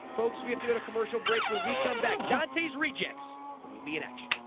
folks we have to go to commercial break, when we come back, dantes rejects will be in action